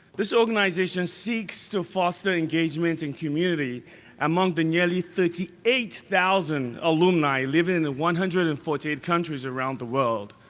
this organization seeks to foster engagement in community among the nearly thirty eight thousand alumni living in one hundred and forty eight countries around the world,